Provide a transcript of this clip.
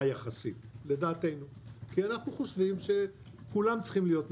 יחסית לדעתנו כי אנחנו חושבים שכולם צריכים להיות מתואגדים.